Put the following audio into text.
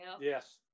Yes